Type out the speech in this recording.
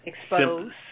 exposed